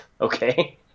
Okay